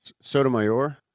Sotomayor